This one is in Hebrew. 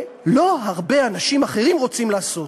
שלא הרבה אנשים אחרים רוצים לעשות.